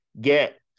get